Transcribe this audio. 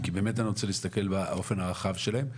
כי באמת אני רוצה להסתכל באופן הרחב שלהן.